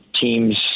teams